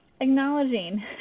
acknowledging